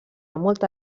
molta